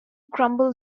crumble